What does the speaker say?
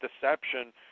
deception